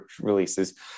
releases